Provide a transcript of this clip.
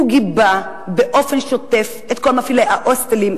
הוא גיבה באופן שוטף את כל מפעילי ההוסטלים,